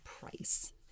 price